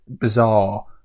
bizarre